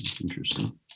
Interesting